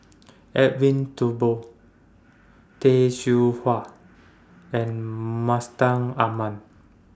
Edwin Thumboo Tay Seow Huah and Mustaq Ahmad